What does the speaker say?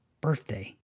birthday